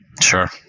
Sure